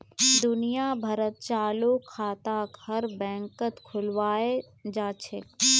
दुनिया भरत चालू खाताक हर बैंकत खुलवाया जा छे